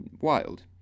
wild